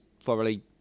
thoroughly